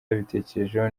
yabitekerejeho